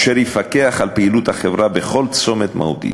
אשר יפקח על פעילות החברה בכל צומת מהותי.